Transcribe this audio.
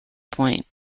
point